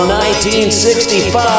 1965